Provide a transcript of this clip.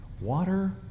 Water